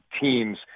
teams